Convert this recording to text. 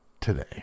today